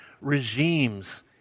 regimes